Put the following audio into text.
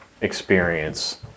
experience